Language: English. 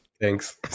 thanks